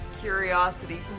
curiosity